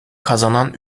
kazanan